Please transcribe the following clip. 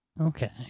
Okay